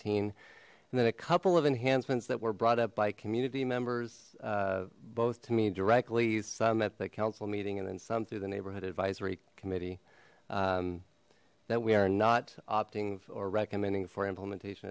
eighteen and then a couple of enhancements that were brought up by community members both to me directly some at the council meeting and then some through the neighbourhood advisory committee that we are not opting or recommending for implementation